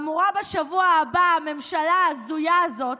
אמורה בשבוע הבא הממשלה ההזויה הזאת